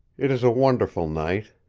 it is a wonderful night.